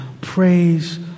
praise